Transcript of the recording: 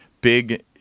big